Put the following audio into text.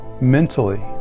mentally